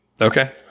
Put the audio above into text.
Okay